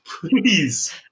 Please